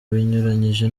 binyuranyije